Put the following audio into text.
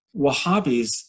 wahhabis